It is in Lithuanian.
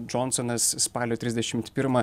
džonsonas spalio trisdešim pirmą